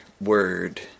word